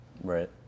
Right